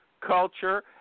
culture